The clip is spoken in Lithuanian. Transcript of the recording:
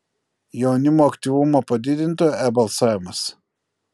jaunimo aktyvumą padidintų e balsavimas